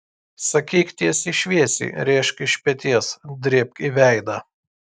sakyk tiesiai šviesiai rėžk iš peties drėbk į veidą